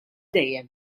dejjem